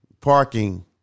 Parking